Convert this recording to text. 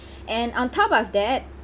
and on top of that